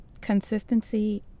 consistency